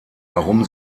warum